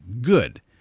good